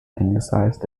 anglicized